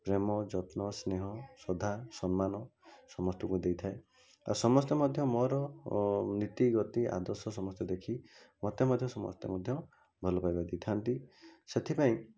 ପ୍ରେମ ଯତ୍ନ ସ୍ନେହ ଶ୍ରଦ୍ଧା ସମ୍ମାନ ସମସ୍ତଙ୍କୁ ଦେଇଥାଏ ଆଉ ସମସ୍ତେ ମଧ୍ୟ ମୋର ନୀତି ଗତି ଆଦର୍ଶ ସମସ୍ତେ ଦେଖି ମୋତେ ମଧ୍ୟ ସମସ୍ତେ ମଧ୍ୟ ଭଲପାଇବା ଦେଇଥାନ୍ତି ସେଥିପାଇଁ